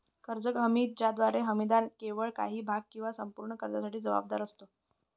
कर्ज हमी ज्याद्वारे हमीदार केवळ काही भाग किंवा संपूर्ण कर्जासाठी जबाबदार असतो